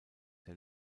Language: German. der